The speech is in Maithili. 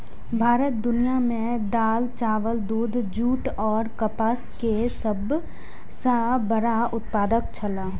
भारत दुनिया में दाल, चावल, दूध, जूट और कपास के सब सॉ बड़ा उत्पादक छला